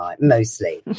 mostly